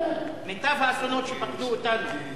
מיטב האסונות שפקדו אותנו.